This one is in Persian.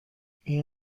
این